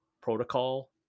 protocol